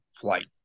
flight